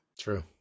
True